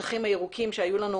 השטחים הירוקים שהיו לנו,